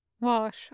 Wash